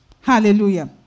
Hallelujah